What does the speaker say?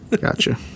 Gotcha